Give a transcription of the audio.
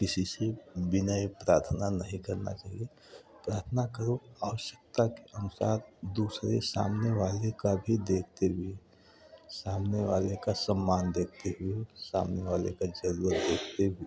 किसी से विनय प्रार्थना नहीं करना चाहिए प्रार्थना करो और आवश्यकता के अनुसार दूसरे सामने वाले का भी देखते हुए सामने वाले का सम्मान देखते हुए सामने वाले का जरूरत देखते हुए